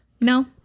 No